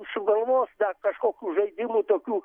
sugalvos da kažkokių žaidimų tokių